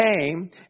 came